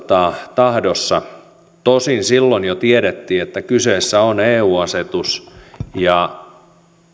tahdossa tosin silloin jo tiedettiin että kyseessä on eu asetus ja